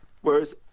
Whereas